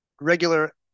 regular